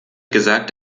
gesagt